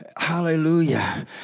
Hallelujah